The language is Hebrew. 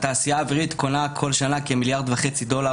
שהתעשייה האווירית קונה כל שנה כמיליארד וחצי דולר